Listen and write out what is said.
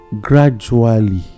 Gradually